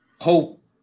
hope